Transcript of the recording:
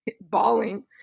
bawling